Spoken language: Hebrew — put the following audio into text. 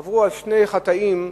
חטאו שני חטאים קשים,